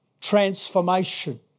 transformation